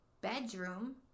bedroom